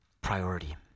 priority